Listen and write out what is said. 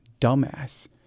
dumbass